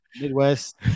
Midwest